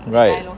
right